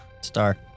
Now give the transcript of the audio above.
Star